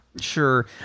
Sure